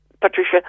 Patricia